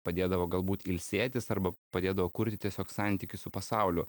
padėdavo galbūt ilsėtis arba padėdavo kurti tiesiog santykį su pasauliu